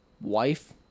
wife